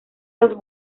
dos